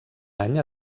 any